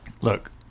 look